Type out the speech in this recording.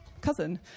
cousin